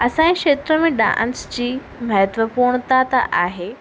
असांजे क्षेत्र में डांस जी महत्वपूर्णता त आहे